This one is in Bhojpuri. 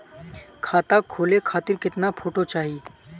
खाता खोले खातिर केतना फोटो चाहीं?